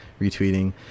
retweeting